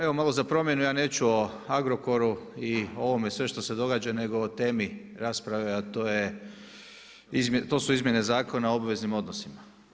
Evo malo za promjenu, ja neću o Agrokoru i ovome sve što se događa nego o temi rasprave a to su Izmjene zakona o obveznim odnosima.